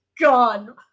gone